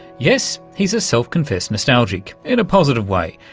yes, he's a self-confessed nostalgic, in a positive way.